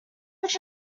would